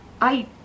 I-